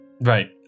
Right